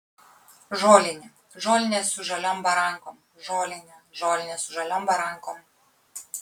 žolinė žolinė su žaliom barankom žolinė žolinė su žaliom barankom